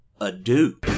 adieu